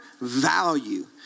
value